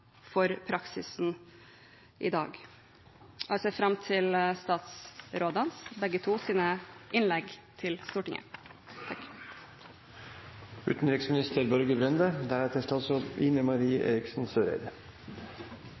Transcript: for praksisen i dag. Jeg ser fram til begge statsrådenes innlegg til Stortinget.